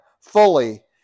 fully